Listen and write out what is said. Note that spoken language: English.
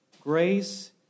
Grace